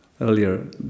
earlier